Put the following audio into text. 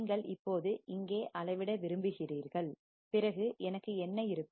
நீங்கள் இப்போது இங்கே அளவிட விரும்புகிறீர்கள் பிறகு எனக்கு என்ன இருக்கும்